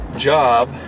job